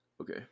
Okay